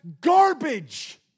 garbage